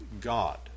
God